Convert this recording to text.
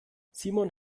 simon